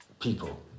people